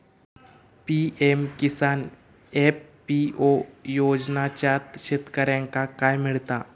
PM Kisan FPO योजनाच्यात शेतकऱ्यांका काय मिळता?